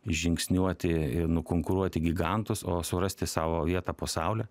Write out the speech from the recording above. žingsniuoti nukonkuruoti gigantus o surasti savo vietą po saule